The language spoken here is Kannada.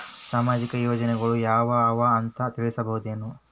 ಸಾಮಾಜಿಕ ಯೋಜನೆಗಳು ಯಾವ ಅವ ಅಂತ ತಿಳಸಬಹುದೇನು?